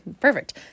perfect